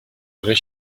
vrais